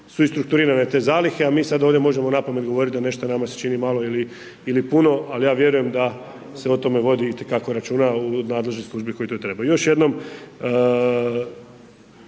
su i strukturirane te zalihe, a mi sad ovdje možemo napamet govoriti da nešto nama se čini malo ili puno, ali ja vjerujem da se o tome vodi itekako računa u nadležnoj služi koji to trebaju. Još jednom,